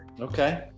Okay